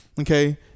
Okay